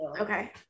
okay